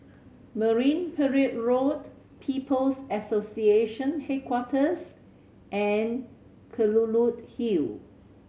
Marine Parade Road People's Association Headquarters and Kelulut Hill